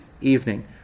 evening